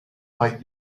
might